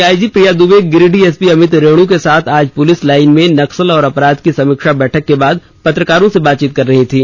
आई G Priya Dubey Giridih SP Amit Renu के साथ आज पुलिस लाईन में नक्सल और अपराध की समीक्षा बैठक के बाद पत्रकारों से बातचीत कर रही थीं